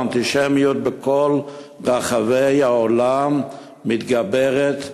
האנטישמיות בכל רחבי העולם מתגברת,